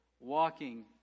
walking